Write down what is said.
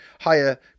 higher